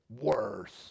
Worse